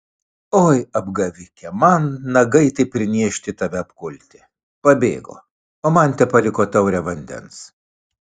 oi apgavike man nagai taip ir niežti tave apkulti pabėgo o man tepaliko taurę vandens